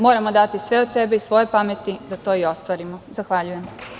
Moramo dati sve od sebe i svoje pameti da to i ostvarimo.“ Zahvaljujem.